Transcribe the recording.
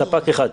ספק אחד.